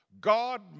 God